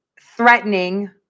threatening